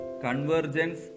convergence